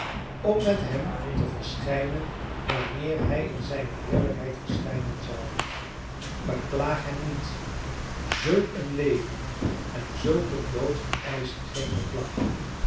om met hem te verschijnen wanneer hij in zijnen heerlijkheid verschijnen zal beklaag hem niet zulk een leven en zulk een dood vereischen geen beklag